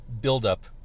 buildup